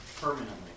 permanently